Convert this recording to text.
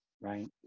Right